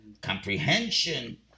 comprehension